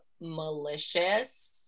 malicious